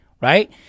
right